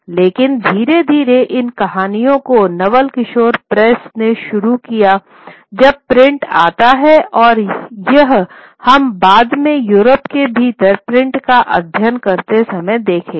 लेकिन धीरे धीरे इन कहानियों को नवल किशोर प्रेस ने शुरू किया जब प्रिंट आता है और यह हम बाद में यूरोप के भीतर प्रिंट का अध्ययन करते समय देखेंगे